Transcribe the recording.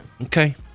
Okay